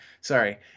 sorry